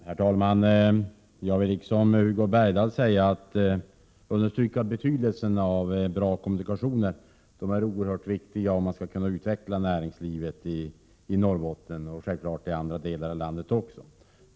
Herr talman! Jag vill liksom Hugo Bergdahl understrycka att bra kommunikationer är oerhört viktiga om man skall kunna utveckla näringslivet i Norrbotten, liksom självfallet också i andra delar av landet.